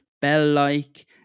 bell-like